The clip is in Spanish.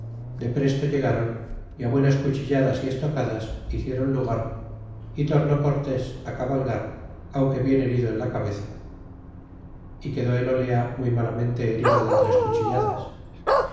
campo depresto ilegáron y buenas cuchilladas y estocadas hicieron lugar y torné cortés cabalgar aunque bien herido en la cabeza y quedó el olea muy malamente herido de tres cuchilladas